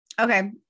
okay